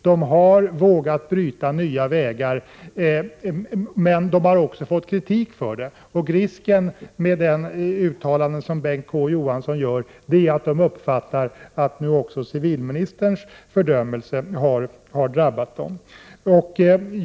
De har vågat bryta nya vägar, men de har också fått kritik för det. Risken med den typ av uttalanden som Bengt K Å Johansson gör är att hans partivänner uppfattar att nu också civilministerns fördömelse har drabbat dem.